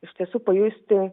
iš tiesų pajusti